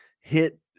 hit